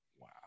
Wow